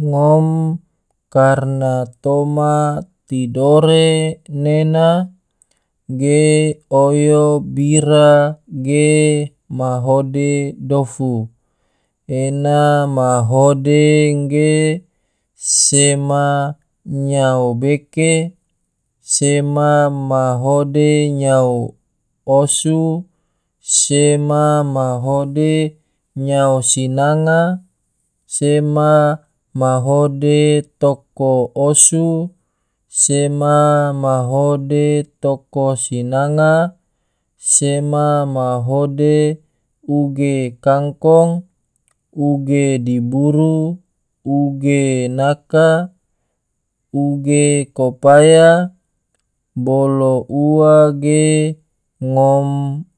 Ngom karena toma tidore nena ge oyo bira ge mahode dofu, ena mahode ge sema nyao beke, sema mahode nyao osu, sema mahode nyao sinanga, sema mahode toko osu, sema mahode toko sinanga, sema mahode uge kangkong, uge diburu, uge naka, uge kopaya, bolo ua ge ngom